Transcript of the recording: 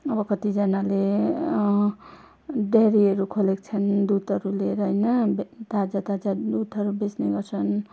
अब कतिजनाले डेरीहरू खोलेको छन् दुधहरू लिएर होइन बेत् ताजाताजा दुधहरू बेच्ने गर्छन्